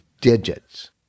digits